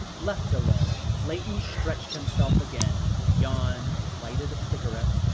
left alone, layton stretched himself again, yawned, lighted a cigarette,